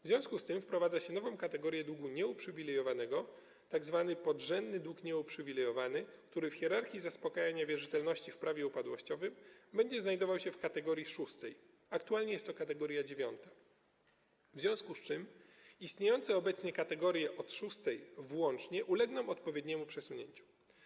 W związku z tym wprowadza się nową kategorię długu nieuprzywilejowanego, tzw. podrzędny dług nieuprzywilejowany, który w hierarchii zaspokajania wierzytelności w Prawie upadłościowym będzie znajdował się w kategorii szóstej - aktualnie jest to kategoria dziewiąta - w związku z czym istniejące obecnie kategorie od szóstej włącznie ulegną odpowiedniemu przesunięciu.